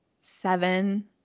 seven